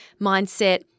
mindset